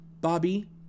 Bobby